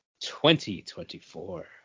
2024